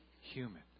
human